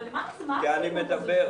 כי אני מדבר,